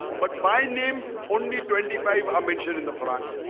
but by name only twenty five are mentioned in the quran